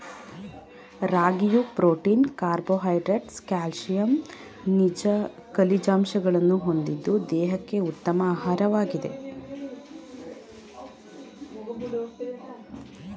ರಾಗಿಯು protein carbohydrates calcium ಖನಿಜಾಂಶಗಳನ್ನು ಹೊಂದಿದ್ದು ದೇಹಕ್ಕೆ ಉತ್ತಮ ಆಹಾರವಾಗಿದೆ